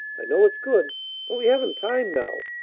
i know it's good but we haven't time now,